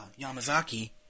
Yamazaki